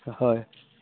হয়